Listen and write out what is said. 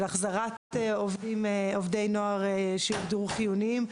החזרה לעבודה עובדי נוער שהוגדרו כחיוניים.